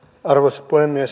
arvoisa puhemies